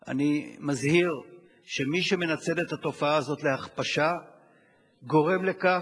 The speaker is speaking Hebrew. אני מזהיר שמי שמנצל את התופעה הזאת להכפשה גורם לכך